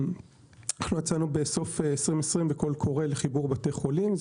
הוצאנו בסוף 2020 קול קורא לחיבור בתי חולים,